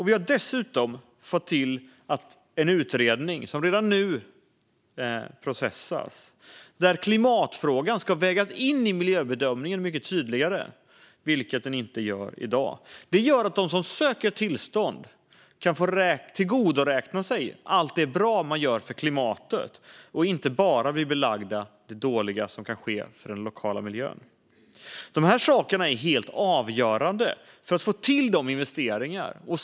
Vi har dessutom fått till en utredning som redan nu processas och där klimatfrågan ska vägas in i miljöbedömningen mycket tydligare, vilket inte är fallet i dag. Det gör att de som söker tillstånd kan få tillgodoräkna sig allt det bra de gör för klimatet och inte bara blir belagda det dåliga som kan ske för den lokala miljön. De här sakerna är helt avgörande för att få till investeringar.